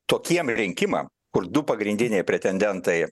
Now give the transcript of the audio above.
tokiem rinkimam kur du pagrindiniai pretendentai